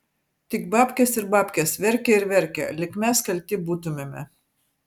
tik babkės ir babkės verkia ir verkia lyg mes kalti būtumėme